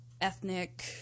ethnic